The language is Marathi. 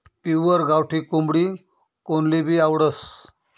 पिव्वर गावठी कोंबडी कोनलेभी आवडस